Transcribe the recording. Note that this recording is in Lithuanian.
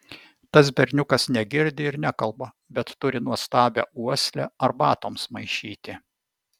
tas berniukas negirdi ir nekalba bet turi nuostabią uoslę arbatoms maišyti